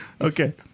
Okay